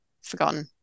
forgotten